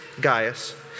Gaius